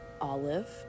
olive